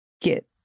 get